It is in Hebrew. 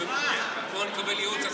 בוא נקבל ייעוץ.